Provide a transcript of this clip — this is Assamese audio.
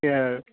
সেয়াই আৰু